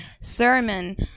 sermon